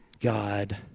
God